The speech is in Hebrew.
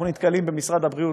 אנחנו נתקלים במשרד הבריאות,